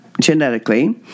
Genetically